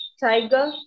Tiger